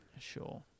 Sure